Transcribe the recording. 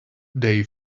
they